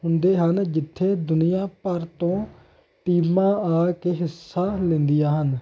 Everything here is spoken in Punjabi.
ਹੁੰਦੇ ਹਨ ਜਿੱਥੇ ਦੁਨੀਆਂ ਭਰ ਤੋਂ ਟੀਮਾਂ ਆ ਕੇ ਹਿੱਸਾ ਲੈਂਦੀਆਂ ਹਨ